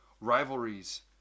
Rivalries